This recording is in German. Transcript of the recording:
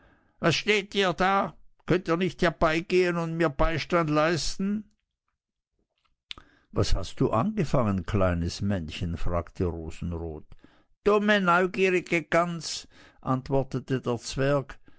was steht ihr da könnt ihr nicht herbeigehen und mir beistand leisten was hast du angefangen kleines männchen fragte rosenrot dumme neugierige gans antwortete der zwerg